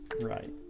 Right